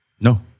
No